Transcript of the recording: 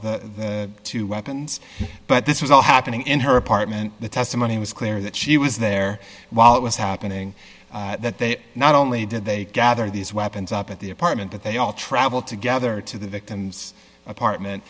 the two weapons but this was all happening in her apartment the testimony was clear that she was there while it was happening that they not only did they gather these weapons up at the apartment that they all travel together to the victim's apartment